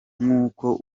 nk’uko